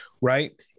right